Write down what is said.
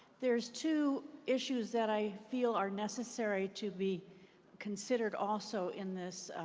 there's two issues that i feel are necessary to be considered also in this